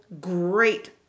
great